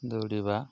ଦୌଡ଼ିବା